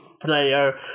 player